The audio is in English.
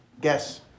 Guess